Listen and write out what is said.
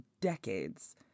decades